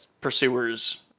pursuers